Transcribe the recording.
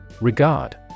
Regard